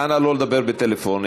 אנא לא לדבר בטלפון.